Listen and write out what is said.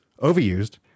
overused